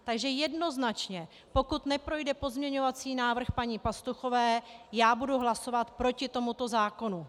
Takže jednoznačně pokud neprojde pozměňovací návrh paní Pastuchové, budu hlasovat proti tomuto zákonu.